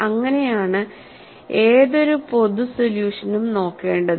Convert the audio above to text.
അങ്ങനെയാണ് ഏതൊരു പൊതു സൊല്യൂഷനും നോക്കേണ്ടത്